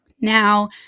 now